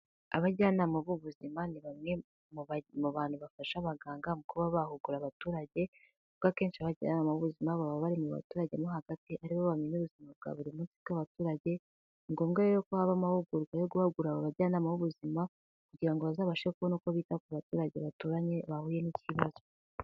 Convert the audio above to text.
Abajyanama b'ubuzima ni bamwe mu bantu bafasha abaganga mu kuba bahugura abaturage kuko akenshi abajyanama mu b'ubuzima baba bari mu baturage bo hagati aribo bo bamenya ubuzima bwa buri munsi bw'abaturage ni ngombwa rero ko habaho amahugurwa yo guhagura aba bajyanama b'ubuzima kugira ngo bazabashe kubona uko bita ku baturage baturanye bahuye n'ikibazo.